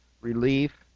Relief